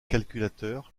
calculateur